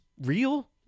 real